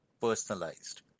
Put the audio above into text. personalized